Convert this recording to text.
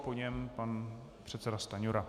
Po něm pan předseda Stanjura.